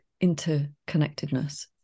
interconnectedness